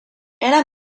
era